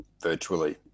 virtually